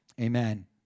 Amen